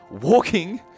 walking